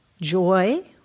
joy